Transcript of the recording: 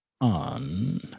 on